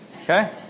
Okay